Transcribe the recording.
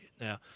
Now